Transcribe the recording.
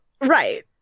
right